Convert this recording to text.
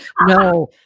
no